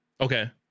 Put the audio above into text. Okay